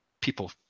people